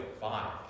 Five